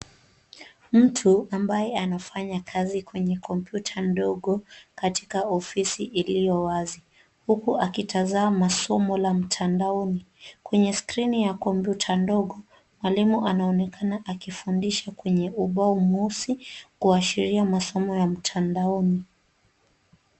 Mtu ambaye anafanya kazi kwenye kompyuta ndogo katika ofisi iliyo wazi huku akitazama somo la mtandaoni. Kwenye skrini ya kompyuta ndogo mwalimu anaonekana akifundisha kwenye ubao mweusi kuashiria masomo ya mtandaoni.